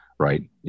Right